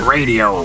Radio